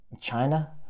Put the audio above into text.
China